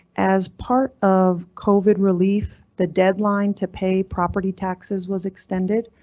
as part of covid relief, the deadline to pay property taxes was extended,